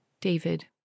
David